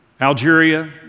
Algeria